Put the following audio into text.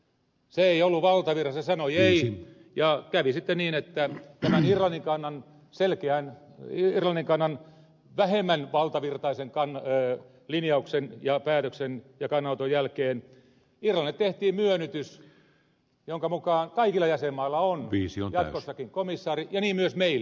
se ei ollut valtavirrassa se sanoi ei ja kävi sitten niin että tämän irlannin vähemmän valtavirtaisen linjauksen ja päätöksen jälkeen irlannille tehtiin myönnytys jonka mukaan kaikilla jäsenmailla on jatkossakin komissaari ja niin myös meillä